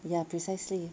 ya precisely